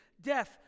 death